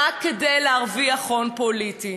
רק כדי להרוויח הון פוליטי.